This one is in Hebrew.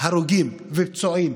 בהרוגים ופצועים,